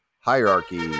hierarchy